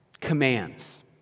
commands